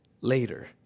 Later